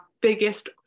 biggest